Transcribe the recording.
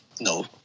No